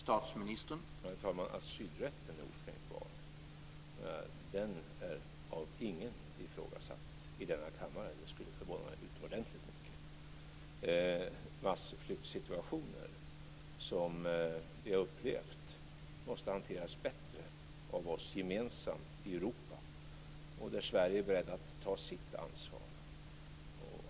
Herr talman! Asylrätten är okränkbar. Den är av ingen i denna kammare ifrågasatt. Det skulle förvåna mig utomordentligt mycket. Sådana massflyktsituationer som vi har upplevt måste hanteras bättre av oss gemensamt i Europa. Där är Sverige beredd att ta sitt ansvar.